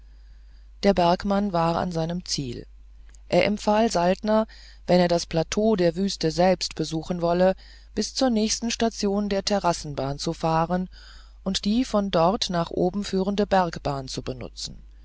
der bergmann war an seinem ziel er empfahl saltner wenn er das plateau der wüste selbst besuchen wolle bis zur nächsten station der terrassenbahn zu fahren und die von dort nach oben führende bergbahn zu benutzen